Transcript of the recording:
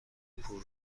پول